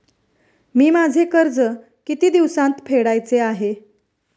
मी माझे कर्ज किती दिवसांत फेडायचे आहे?